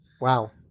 Wow